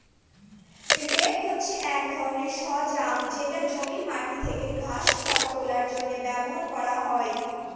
rake হছে এক ধরনের সরঞ্জাম যেটা জমির মাটি থেকে ঘাস, খড় তোলার জন্য ব্যবহার করা হয়